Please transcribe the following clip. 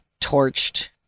torched